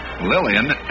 Lillian